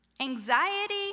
Anxiety